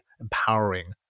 empowering